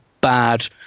bad